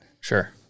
Sure